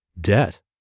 debt